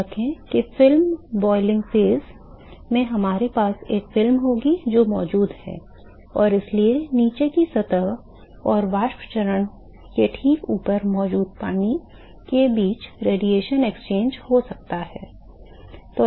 याद रखें कि film boiling phase में हमारे पास एक फिल्म होगी जो मौजूद है और इसलिए नीचे की सतह और वाष्प चरण के ठीक ऊपर मौजूद पानी के बीच विकिरण विनिमय हो सकता है